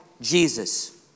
Jesus